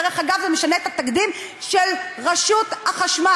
דרך אגב, זה משנה את התקדים של רשות החשמל.